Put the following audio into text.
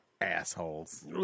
assholes